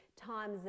times